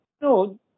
No